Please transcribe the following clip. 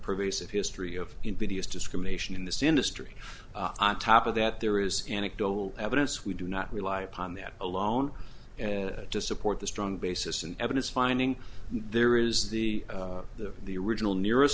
pervasive history of invidious discrimination in this industry top of that there is anecdotal evidence we do not rely upon that alone to support the strong basis and evidence finding there is the the original nearest